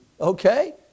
Okay